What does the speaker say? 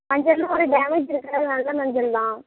மஞ்சளெலாம் ஒன்றும் டேமேஜ் இருக்காது நல்ல மஞ்சள் தான்